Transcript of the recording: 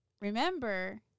remember